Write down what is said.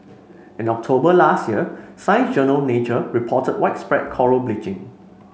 in October last year Science Journal Nature reported widespread coral bleaching